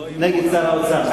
נגד שר האוצר,